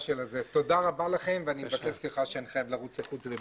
תודה רבה לכם ואני מבקש סליחה כי אני חייב לעזוב.